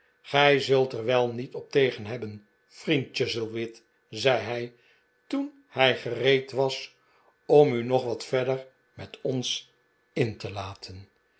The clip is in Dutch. gij zult er wel niet op tegen hebben vriend chuzzlewit zei hij toen hij gereed was om u nog wat verder met ons in te laten